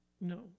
No